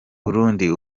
burundi